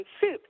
soup